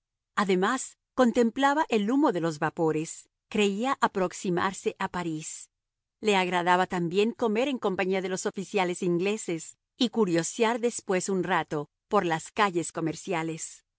además contemplaba el humo de los vapores creía aproximarse a parís le agradaba también comer en compañía de los oficiales ingleses y curiosear después un rato por las calles comerciales